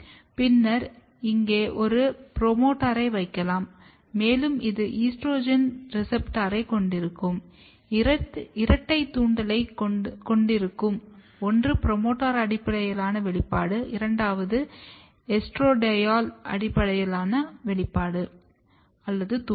பின்னர் இங்கே ஒரு புரோமோட்டாரை வைக்கலாம் மேலும் இது ஈஸ்ட்ரோஜன் ரெசெப்டரைக் கொண்டிருப்பதால் இரட்டை தூண்டலைக் கொண்டிருக்கும் ஒன்று புரோமோட்டார் அடிப்படையிலான வெளிப்பாடு இரண்டாவது எஸ்ட்ராடியோல் அடிப்படையிலான தூண்டல்